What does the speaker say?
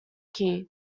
key